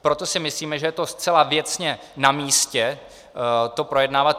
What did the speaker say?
Proto si myslíme, že je zcela věcně namístě to projednávat.